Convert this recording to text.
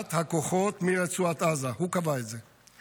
נסיגת הכוחות מרצועת עזה, הוא קבע את זה,